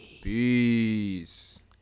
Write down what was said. Peace